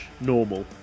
Normal